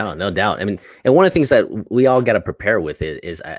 um no doubt. i mean and one of the things that we all get to prepare with is,